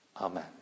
Amen